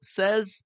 says